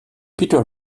peter